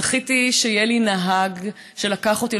זכיתי שיהיה לי נהג שלקח אותי,